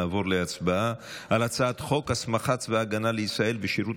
נעבור להצבעה בקריאה ראשונה על הצעת חוק הסמכת צבא ההגנה לישראל ושירות